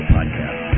Podcast